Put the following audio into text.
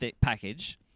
package